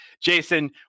Jason